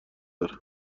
دارن